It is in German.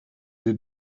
sie